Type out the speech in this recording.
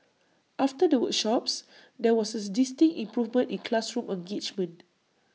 after the workshops there was distinct improvement in classroom engagement